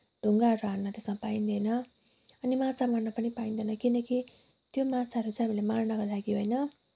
ढुङ्गाहरू हान्न त्यसमा पाइँदैन अनि माछा मार्न पनि पाइँदैन किनकि त्यो माछाहरू चाहिँ हामीले मार्नका लागि होइन